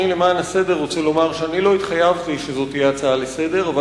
למען הסדר אני רוצה לומר שלא התחייבתי שזאת תהיה הצעה לסדר-היום,